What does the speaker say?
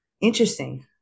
interesting